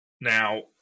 Now